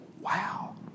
wow